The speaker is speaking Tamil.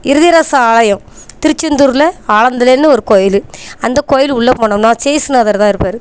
இருதயராசா ஆலயம் திருச்செந்தூரில் ஆலந்துலேன்னு ஒரு கோயில் அந்த கோயில் உள்ள போனோம்னால் சேசுநாதர் தான் இருப்பார்